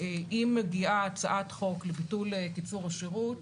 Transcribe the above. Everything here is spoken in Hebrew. אם מגיעה הצעת חוק לביטול קיצור השירות,